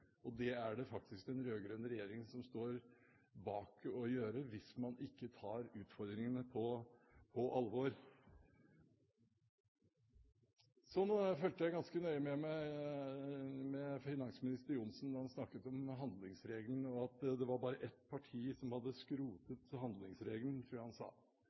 samfunn. Det er det faktisk den rød-grønne regjeringen som står bak, hvis man ikke tar utfordringene på alvor. Jeg fulgte ganske nøye med da finansminister Johnsen snakket om handlingsregelen. Det var bare ett parti som hadde skrotet handlingsregelen, tror jeg han sa.